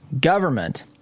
government